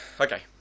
Okay